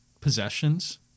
possessions